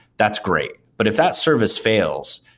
that's great, but if that service fails,